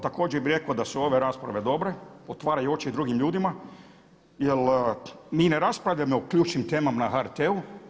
Također bih rekao da su ove rasprave dobre, otvaraju oči drugim ljudima jer mi ne raspravljamo o ključnim temama na HRT-u.